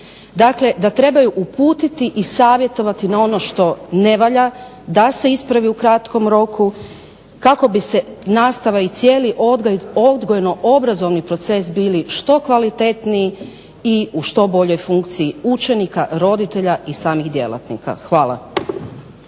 dakle da trebaju uputiti i savjetovati na ono što ne valja, da se ispravi u kratkom roku kako bi se nastava i cijeli odgojno-obrazovni procesi bili što kvalitetniji i u što boljoj funkciji učenika, roditelja i samih djelatnika. Hvala.